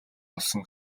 болсон